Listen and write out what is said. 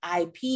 IP